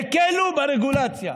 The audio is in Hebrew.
הקלו ברגולציה.